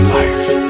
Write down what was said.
life